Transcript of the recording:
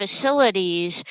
facilities